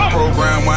program